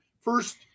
first